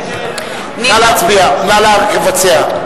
נא לבצע.